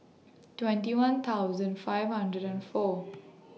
twenty one thousand five hundred and four